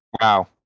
Wow